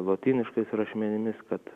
lotyniškais rašmenimis kad